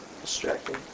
Distracting